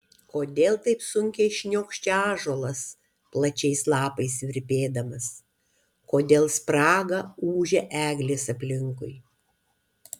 kodėl taip sunkiai šniokščia ąžuolas plačiais lapais virpėdamas kodėl spraga ūžia eglės aplinkui